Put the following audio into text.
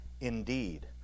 Indeed